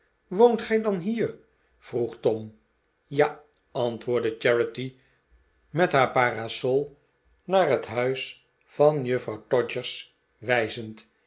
woont gij dan hier vroeg tom ja antwoordde charity met haar parasol naar het huis van juffrouw todgers wijzend